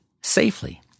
safely